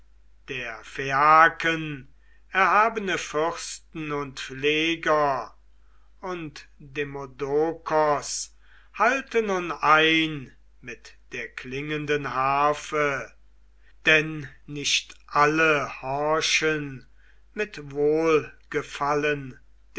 der phaiaken erhabene fürsten und pfleger und demodokos halte nun ein mit der klingenden harfe denn nicht alle horchen mit